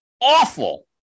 Awful